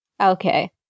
Okay